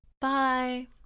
Bye